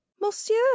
monsieur